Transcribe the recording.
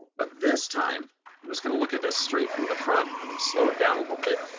but this time i'm just gonna look at this straight from the front, and i'm gonna slow it down a little bit,